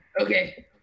Okay